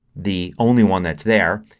the only one that's there.